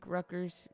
Rutgers